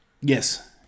Yes